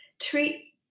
Treat